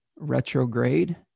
retrograde